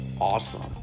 awesome